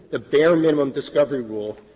the bare minimum discovery rule.